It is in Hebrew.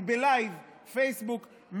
היא בלייב פייסבוק,